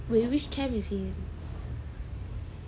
which camp is he